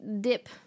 dip